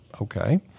okay